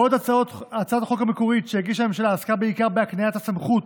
בעוד הצעת החוק המקורית שהגישה הממשלה עסקה בעיקר בהקניית הסמכות